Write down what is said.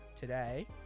today